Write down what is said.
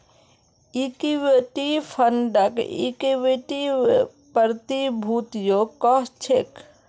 equity फंडक equity प्रतिभूतियो कह छेक